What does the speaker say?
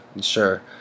sure